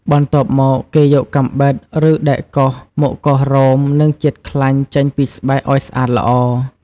បន្ទាប់មក គេយកកាំបិត ឬដែកកោសមកកោសរោម និងជាតិខ្លាញ់ចេញពីស្បែកឱ្យស្អាតល្អ។